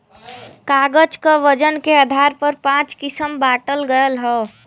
कागज क वजन के आधार पर पाँच किसम बांटल गयल हौ